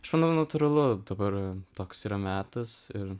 aš manau natūralu dabar toks yra metas ir